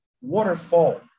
Waterfall